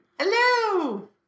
Hello